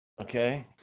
Okay